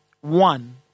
One